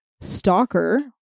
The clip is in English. stalker